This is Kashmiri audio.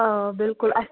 آ بِلکُل اَسہِ